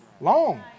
Long